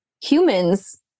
Humans